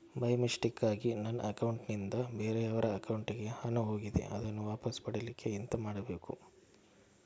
By ಮಿಸ್ಟೇಕಾಗಿ ನನ್ನ account ನಿಂದ ಬೇರೆಯವರ ಅಕೌಂಟ್ ಗೆ ಹಣ ಹೋಗಿದೆ ಅದನ್ನು ವಾಪಸ್ ಪಡಿಲಿಕ್ಕೆ ಎಂತ ಮಾಡಬೇಕು?